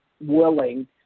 willing